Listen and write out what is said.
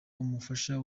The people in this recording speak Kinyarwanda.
umufasha